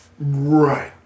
Right